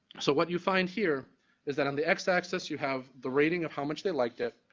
so, what you find here is that on the x-axis, you have the rating of how much they liked it.